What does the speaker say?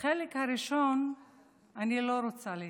לחלק הראשון אני לא רוצה להתייחס.